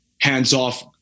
hands-off